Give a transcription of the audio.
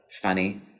funny